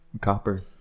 copper